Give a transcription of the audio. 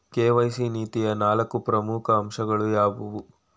KYC ನೀತಿಯ ನಾಲ್ಕು ಪ್ರಮುಖ ಅಂಶಗಳು ಯಾವುವು?